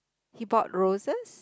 he bought roses